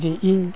ᱡᱮ ᱤᱧ